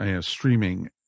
streaming